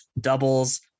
doubles